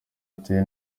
ateye